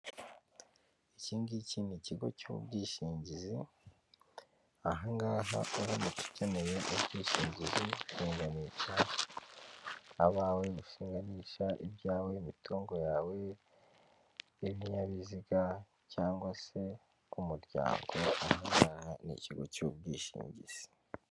Ikingiki ni ikigo cy'ubwishingizi, ahangaha uramuste ukeneye ubwishingizi, gushinganisha abawe, gushinganisha ibyawe, imitungo yawe, ibinyabiziga cyangwa se umuryango, ahangaha ni ikigo cy'ubwishingizi.